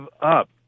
up